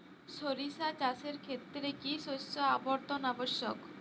সরিষা চাষের ক্ষেত্রে কি শস্য আবর্তন আবশ্যক?